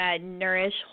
Nourish